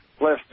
less